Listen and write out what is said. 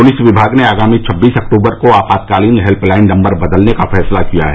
police विभाग ने आगामी छब्बीस अक्टूबर से आपातकालीन हेल्पलाइन नम्बर बदलने का फैसला किया है